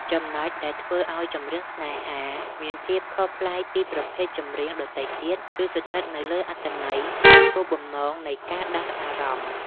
ចំណុចដែលធ្វើឱ្យ ចម្រៀងស្នេហា មានភាពខុសប្លែកពីប្រភេទចម្រៀងដទៃទៀត គឺស្ថិតនៅលើអត្ថន័យ និងគោលបំណងនៃការដាស់អារម្មណ៍។